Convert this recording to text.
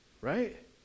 right